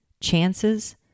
chances